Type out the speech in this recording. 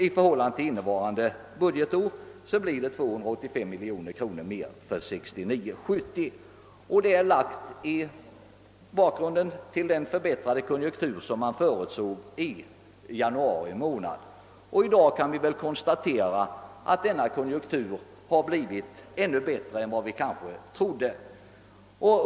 I förhållande till innevarande budgetår blir det 285 miljoner kronor mer för 1969/70. Detta föreslogs mot bakgrunden av den förbättrade konjunktur man förutsåg i januari månad. I dag kan vi konstatera att denna konjunktur har blivit ännu bättre än vi kanske trodde.